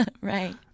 right